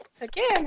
again